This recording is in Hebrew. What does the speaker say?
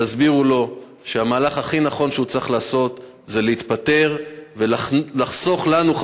תסבירו לו שהמהלך הכי נכון שהוא צריך לעשות זה להתפטר ולחסוך לנו,